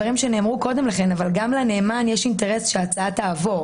בינתיים יכריעו אותן על תנאי לצורכי הצבעה.